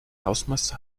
hausmeister